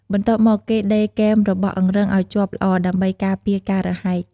បន្ទាប់មកគេដេរគែមរបស់អង្រឹងឲ្យជាប់ល្អ ដើម្បីការពារការរហែក។